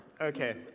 Okay